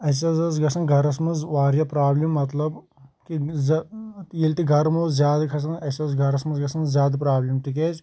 اَسہِ حظ ٲس گژھان گَرَس منٛز واریاہ پرٛابلِم مطلب کہِ زِ ییٚلہِ تہِ گَرم اوس زیادٕ کھَسان اَسہِ ٲس گَرَس منٛز گژھان زیادٕ پرٛابلِم تِکیٛازِ